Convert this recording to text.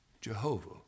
Jehovah